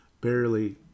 barely